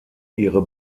ihre